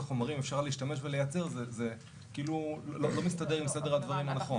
חומרים אפשר להשתמש ולייצר זה כאילו לא מסתדר עם סדר הדברים הנכון.